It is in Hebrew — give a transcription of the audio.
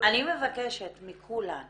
מבקשת מכולן